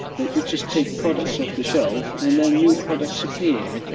that you just take products off the shelf and then new products appear,